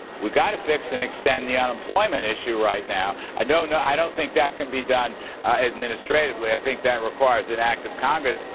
we got to fix and extend the unemployment issue right now. i don't know, i don't think that can be done administratively. i think that requires an act of congress.